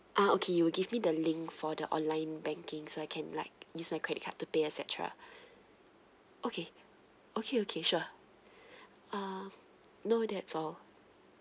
ah okay you'll give me the link for the online banking so I can like use my credit card to pay et cetera okay okay okay sure uh no that's all